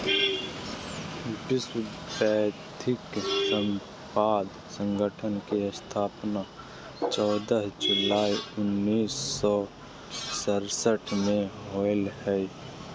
विश्व बौद्धिक संपदा संगठन के स्थापना चौदह जुलाई उननिस सो सरसठ में होलय हइ